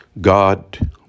god